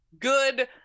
good